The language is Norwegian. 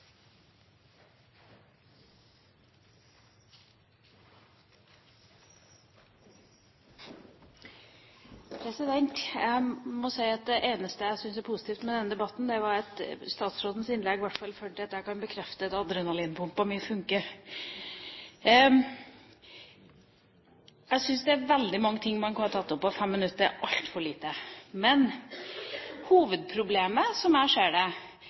positivt med denne debatten, er at jeg etter statsrådens innlegg i hvert fall følte at det ble bekreftet at adrenalinpumpa mi funker. Jeg syns det er veldig mange ting man kunne ha tatt opp, men 5 minutter er altfor lite. Hovedproblemet, slik jeg ser det,